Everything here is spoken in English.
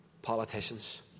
politicians